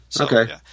Okay